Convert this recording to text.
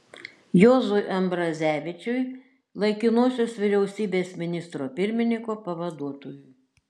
juozui ambrazevičiui laikinosios vyriausybės ministro pirmininko pavaduotojui